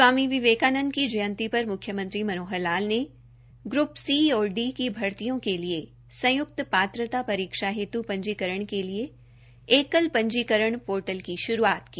स्वामी विवेकानंद की जयंती पर मुख्यमंत्री मनोहर लाल ने ग्रप सी और डी की भर्तियों के लिए संयुक्त पात्रता परीक्षा हेत् पंजीकरण के लिए एकल पंजीकरण पोर्टल की श्रूआत की